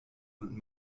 und